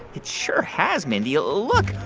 it sure has, mindy. look.